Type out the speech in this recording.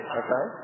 okay